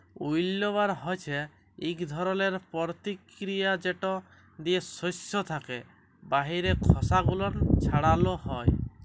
উইল্লবার হছে ইক ধরলের পরতিকিরিয়া যেট দিয়ে সস্য থ্যাকে বাহিরের খসা গুলান ছাড়ালো হয়